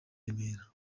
remera